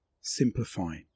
Simplify